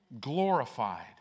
glorified